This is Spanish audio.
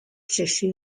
sexy